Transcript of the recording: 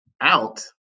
out